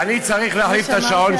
עוד דקה,